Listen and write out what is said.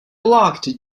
locked